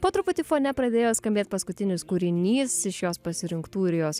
po truputį fone pradėjo skambėt paskutinis kūrinys iš jos pasirinktų ir jos